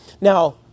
Now